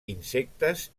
insectes